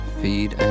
feed